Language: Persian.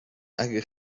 اگه